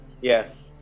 Yes